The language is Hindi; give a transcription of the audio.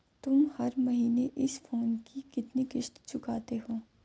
तुम हर महीने इस फोन की कितनी किश्त चुकाते हो?